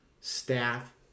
staff